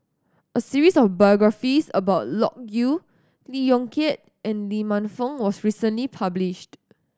a series of biographies about Loke Yew Lee Yong Kiat and Lee Man Fong was recently published